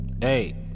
Hey